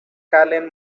carlin